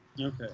Okay